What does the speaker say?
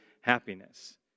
happiness